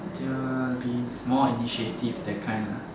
till be more initiative that kind ah